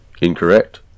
Incorrect